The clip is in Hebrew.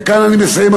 וכאן אני מסיים,